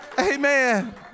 Amen